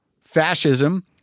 fascism